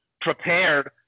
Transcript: prepared